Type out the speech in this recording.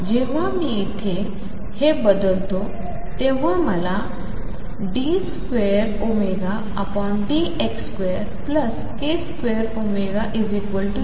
जेव्हा मी येथे हे बदलतो तेव्हा मला मिळेल d2dx2k2ψ0